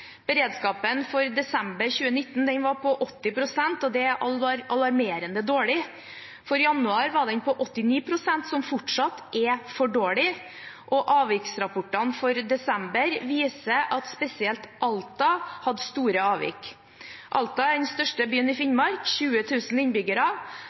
Beredskapen for desember 2019 var på 80 pst., og det er alarmerende dårlig. For januar var den på 89 pst., som fortsatt er for dårlig. Og avviksrapportene for desember viser at spesielt Alta hadde store avvik. Alta er den største byen i